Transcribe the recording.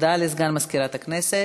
הודעה לסגן מזכירת הכנסת.